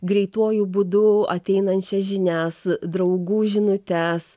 greituoju būdu ateinančias žinias draugų žinutes